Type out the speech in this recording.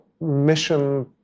mission